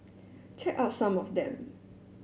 check out some of them